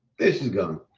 there she's go.